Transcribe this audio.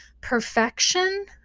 Perfection